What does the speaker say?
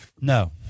No